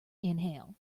inhale